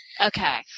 Okay